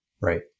Right